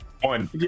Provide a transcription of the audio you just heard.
One